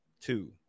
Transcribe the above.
Two